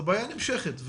הבעיה נמשכת,